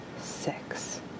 six